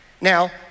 Now